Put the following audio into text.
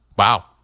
Wow